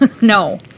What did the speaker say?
No